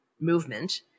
movement